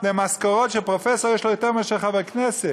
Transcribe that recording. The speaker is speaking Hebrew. למשכורות שפרופסור יש לו יותר מאשר לחבר כנסת.